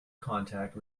contact